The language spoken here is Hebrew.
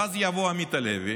ואז יבוא עמית הלוי